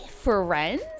friends